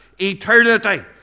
eternity